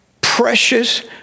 precious